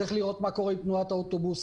צריך לראות מה קורה עם תנועת האוטובוסים.